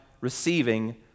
receiving